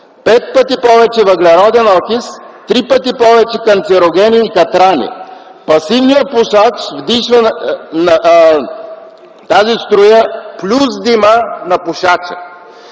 5 пъти повече въглероден окис, 3 пъти повече канцерогени и катрани. Пасивният пушач вдишва тази струя плюс дима на пушача.